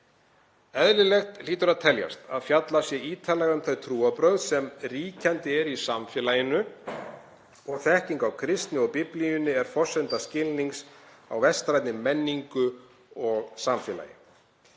Eðlilegt hlýtur að teljast að fjallað sé ítarlega um þau trúarbrögð sem ríkjandi eru í samfélaginu og þekking á kristni og Biblíunni er forsenda skilnings á vestrænni menningu og samfélagi.